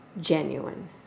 genuine